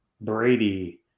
Brady